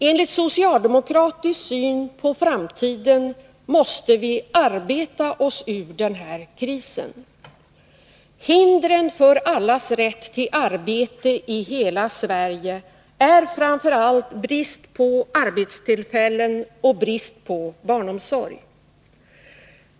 Enligt socialdemokratisk syn på framtiden måste vi arbeta oss ur krisen. Hindren för allas rätt till arbete i hela Sverige är framför allt brist på arbetstillfällen och brist på barnomsorg.